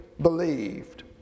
believed